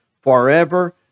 forever